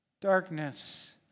darkness